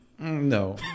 No